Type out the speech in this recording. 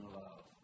love